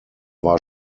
war